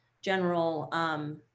general